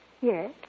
Yes